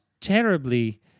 terribly